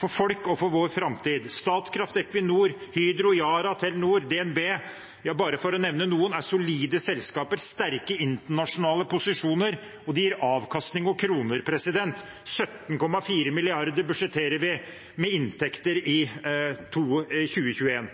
for folk og for vår framtid. Statkraft, Equinor, Hydro, Yara, Telenor, DNB, bare for å nevne noen, er solide selskaper, har sterke internasjonale posisjoner, og de gir avkastning og kroner. 17,4 mrd. kr i inntekter budsjetterer vi med i 2021.